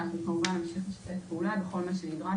וכמובן שנמשיך לשתף פעולה בכל מה שנדרש.